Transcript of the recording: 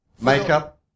makeup